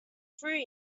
through